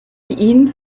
ihn